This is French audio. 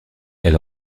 elle